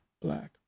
black